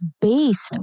based